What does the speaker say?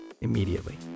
immediately